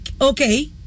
Okay